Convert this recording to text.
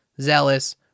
zealous